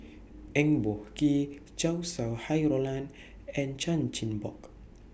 Eng Boh Kee Chow Sau Hai Roland and Chan Chin Bock